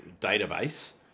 database